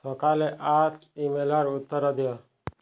ସକାଳେ ଆଷ୍ ଇମେଲର ଉତ୍ତର ଦିଅ